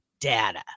data